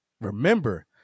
Remember